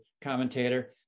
commentator